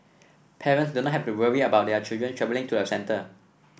parents do not have to worry about their children travelling to a centre